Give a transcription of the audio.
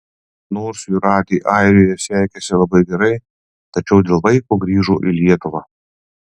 nors jūratei airijoje sekėsi labai gerai tačiau dėl vaiko grįžo į lietuvą